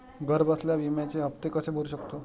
घरबसल्या विम्याचे हफ्ते कसे भरू शकतो?